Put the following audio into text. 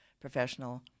professional